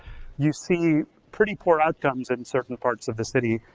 you see pretty poor outcomes in certain parts of the city,